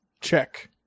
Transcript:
check